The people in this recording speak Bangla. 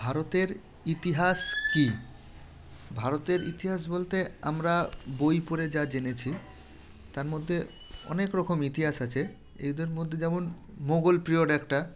ভারতের ইতিহাস কি ভারতের ইতিহাস বলতে আমরা বই পড়ে যা জেনেছি তার মধ্যে অনেক রকম ইতিহাস আছে এদের মধ্যে যেমন মোগল পিরিয়ড একটা